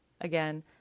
again